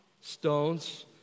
Stones